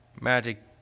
Magic